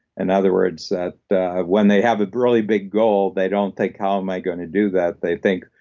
and other words, that that when they have a really big goal, they don't think, how am i going to do that? they think,